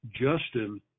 Justin